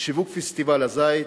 שיווק פסטיבל הזית,